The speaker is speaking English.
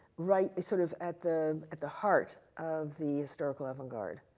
right sort of at the at the heart of the historical avant garde.